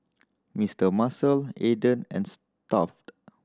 Mister Muscle Aden and Stuff'd